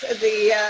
and the